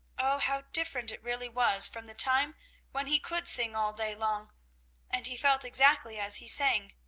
oh, how different it really was from the time when he could sing all day long and he felt exactly as he sang.